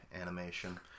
animation